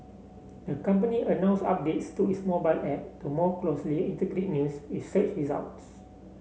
the company announced updates to its mobile app to more closely integrate news with search results